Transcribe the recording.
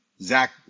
Zach